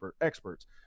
experts